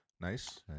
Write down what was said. Nice